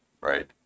right